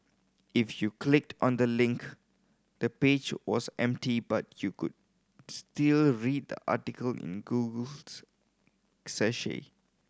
if you clicked on the link the page was empty but you could still read the article in Google's